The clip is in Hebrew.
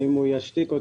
בגדולים הגישה המעורבת.